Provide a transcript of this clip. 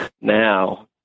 now